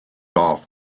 off